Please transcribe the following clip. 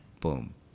Boom